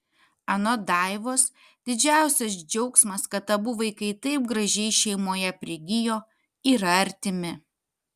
anot daivos didžiausias džiaugsmas kad abu vaikai taip gražiai šeimoje prigijo yra artimi